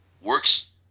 works